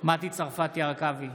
מטי צרפתי הרכבי,